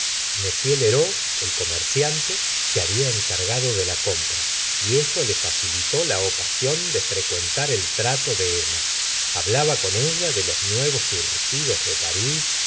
m lheureux el comerciante se habia encargado de la compra y esto le facilitó la ocasión defrecuentar el trato de emma hablaba con ella de los nuevos surtidos de parís